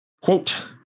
Quote